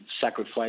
sacrifice